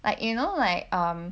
like you know like um